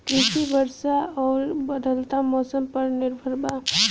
कृषि वर्षा आउर बदलत मौसम पर निर्भर बा